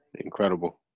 Incredible